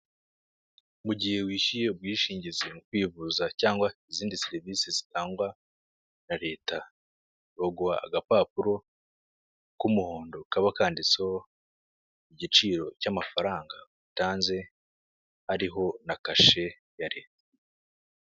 Mu gihe wishyuye ubwishingizi mu kwivuza cyangwa izindi serivisi zitangwa na leta, baguha agapapuro k'umuhondo kaba kanditseho igiciro cy'amafaranga utanze ariho na kashe ya leta.